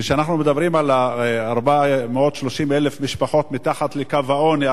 כשאנחנו מדברים על 430,000 משפחות מתחת לקו העוני,